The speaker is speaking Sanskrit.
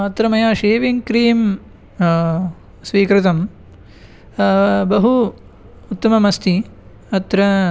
अत्र मया शेविङ्ग् क्रीम् स्वीकृतं बहु उत्तमम् अस्ति अत्र